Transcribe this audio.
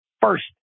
First